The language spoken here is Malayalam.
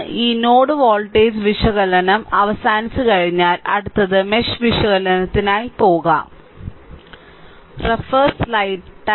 ഈ നോഡ് വോൾട്ടേജ് വിശകലനം അവസാനിച്ചുകഴിഞ്ഞാൽ അടുത്തത് മെഷ് വിശകലനത്തിനായി പോകും